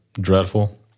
dreadful